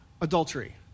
Adultery